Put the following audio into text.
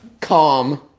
calm